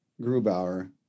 Grubauer